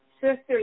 sister